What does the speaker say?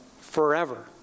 forever